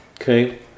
okay